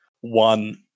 one